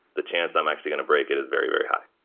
the chance i'm actually going to break it is very, very high.